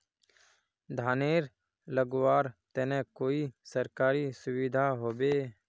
धानेर लगवार तने कोई सरकारी सुविधा होबे?